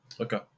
okay